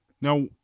Now